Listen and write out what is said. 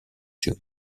too